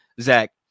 Zach